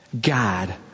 God